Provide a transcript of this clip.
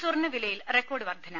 സ്വർണവിലയിൽ record വർധന